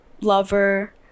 lover